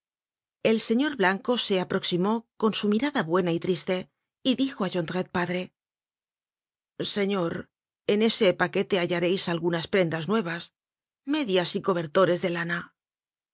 el señor blanco se aproximó con su mirada buena y triste y dijo á jondrette padre señor en ese paquete hallareis algunas prendas nuevas medias y cobertores de lana